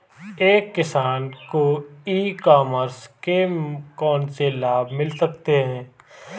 एक किसान को ई कॉमर्स के कौनसे लाभ मिल सकते हैं?